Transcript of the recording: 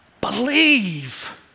believe